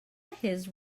his